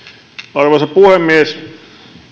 arvoisa puhemies